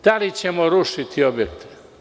Da li ćemo rušiti objekte?